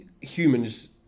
humans